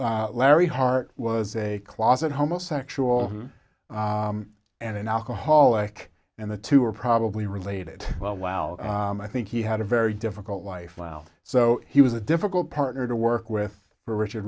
larry hart was a closet homosexual and an alcoholic and the two are probably related well while i think he had a very difficult life while so he was a difficult partner to work with richard